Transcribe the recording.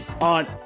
on